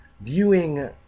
viewing